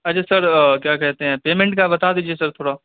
اچھا سر کیا کہتے ہیں پیمنٹ کا بتا دیجیے سر تھوڑا